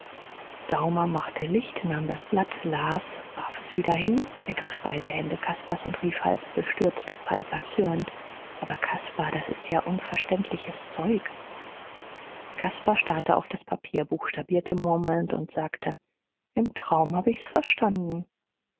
daumer machte licht nahm das blatt las warf es wieder hin ergriff beide hände caspars und rief halb bestürzt halb erzürnt aber caspar das ist ja ganz unverständliches zeug caspar starrte auf das papier buchstabierte murmelnd und sagte im traum hab ich's verstanden